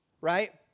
right